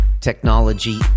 technology